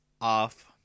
off